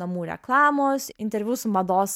namų reklamos interviu su mados